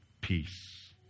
peace